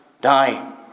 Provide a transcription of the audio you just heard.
die